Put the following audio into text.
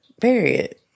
period